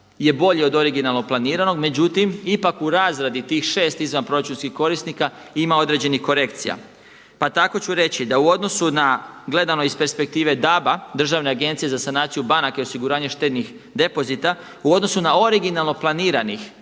je bolji od originalno planiranog. Međutim, ipak u razradi tih 6 izvanproračunskih korisnika ima određenih korekcija. Pa tako ću reći da u odnosu na gledano iz perspektive DAB-a, Državne agencije za sanaciju banaka i osiguranje štednih depozita u odnosu na originalno planiranih